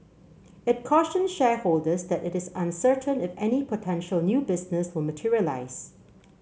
it cautioned shareholders that it is uncertain if any potential new business will materialise